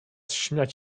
śmiać